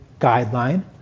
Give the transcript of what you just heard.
guideline